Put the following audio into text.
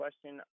question